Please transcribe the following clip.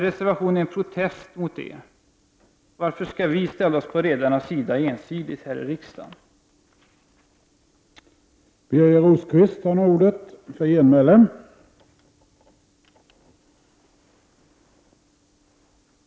Reservationen är en protest mot detta. Varför skall vi här i riksdagen ensidigt ställa oss på redarnas sida?